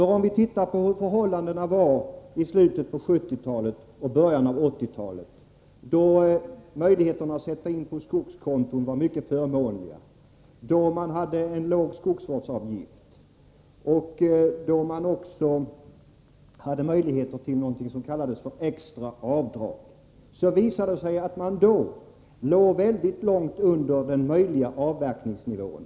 Om vi ser på hur förhållandena var i slutet på 1970-talet och i början på 1980-talet — då det var mycket förmånligt att sätta in pengar på skogskonton, då man hade en låg skogsvårdsavgift, och då man också hade möjligheter till någonting som kallades extra avdrag — visar det sig att avverkningsnivån då låg mycket långt under den möjliga avverkningsnivån.